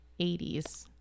80s